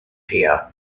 here